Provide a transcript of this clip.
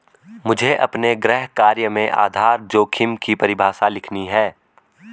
मुझे अपने गृह कार्य में आधार जोखिम की परिभाषा लिखनी है